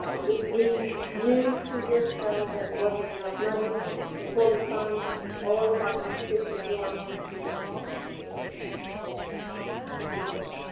um we we knew two years ago that it wasn't enough money to fully fund all of our fifty four elementary schools there's, a fifty six fifty four,